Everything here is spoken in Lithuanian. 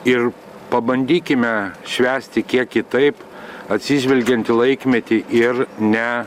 ir pabandykime švęsti kiek kitaip atsižvelgiant į laikmetį ir ne